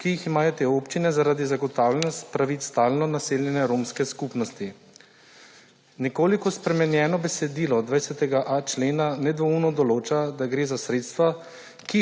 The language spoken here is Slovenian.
ki jih imajo te občine zaradi zagotavljanja pravic stalno naseljene romske skupnosti. Nekoliko spremenjeno besedilo 20.a člena nedvoumno določa, da gre za sredstva,